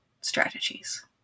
strategies